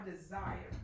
desire